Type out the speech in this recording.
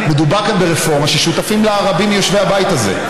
מדובר כאן ברפורמה ששותפים לה רבים מיושבי הבית הזה.